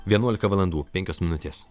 vienuolika valandų penkios minutės